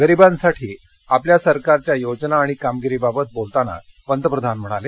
गरिबांसाठी आपल्या सरकारच्या योजना आणि कामगिरीबाबत बोलताना पंतप्रधान म्हणाले